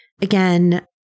again